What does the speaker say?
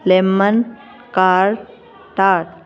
lemon ਕਾਰ ਟਾਰ